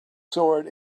sword